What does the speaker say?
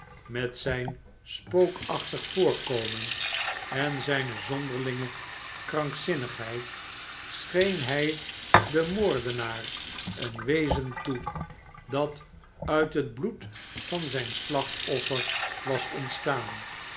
met zijn spookachtig voorkomen en zijne zonderlinge krankzinnigheid scheen hij den moordenaar een wezen toe dat uit het bloed van zijn slachtoffer was ontstaan